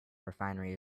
refinery